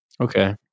Okay